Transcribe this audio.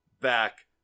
back